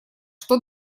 что